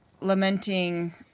lamenting